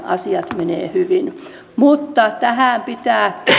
asiat menevät hyvin mutta tässä pitää